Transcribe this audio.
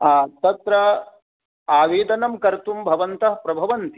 तत्र आवेदनं कर्तुं भवन्तः प्रभवन्ति